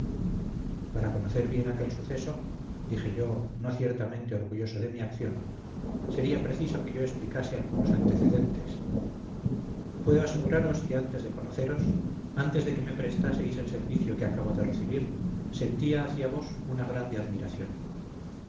para conocer bien aquel suceso dije yo no ciertamente orgulloso de mi acción sería preciso que yo explicase algunos antecedentes puedo aseguraros que antes de conoceros antes de que me prestaseis el servicio que acabo de recibir sentía hacia vos una grande admiración